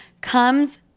comes